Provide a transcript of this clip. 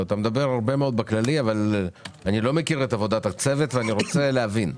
אתה מדבר באופן כללי אבל אני לא מכיר את עבודת הצוות ואני רוצה להבין.